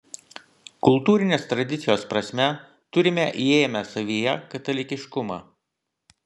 kultūrinės tradicijos prasme turime įėmę savyje katalikiškumą